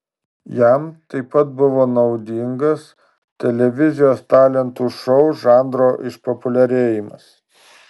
jam taip pat buvo naudingas televizijos talentų šou žanro išpopuliarėjimas